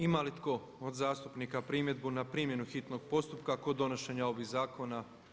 Ima li tko od zastupnika primjedbu na primjenu hitnog postupka kod donošenja ovih zakona?